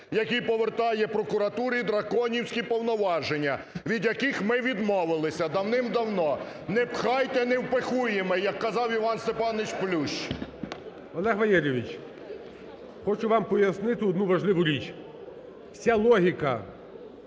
який повертає прокуратурі "драконівські" повноваження, від яких ми відмовились давним-давно. Не пхайте невпихуєме, як казав Іван Степанович Плющ. ГОЛОВУЮЧИЙ. Олег Валерійович, хочу вам пояснити одну важливу річ. Вся логіка